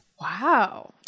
Wow